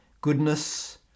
goodness